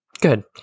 Good